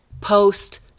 post